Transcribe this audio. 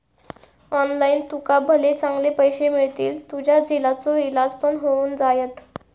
online तुका भले चांगले पैशे मिळतील, तुझ्या झिलाचो इलाज पण होऊन जायत